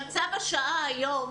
אבל צו השעה היום